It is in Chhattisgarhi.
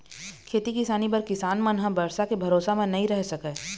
खेती किसानी बर किसान मन ह बरसा के भरोसा म नइ रह सकय